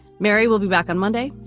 mary will be back on monday.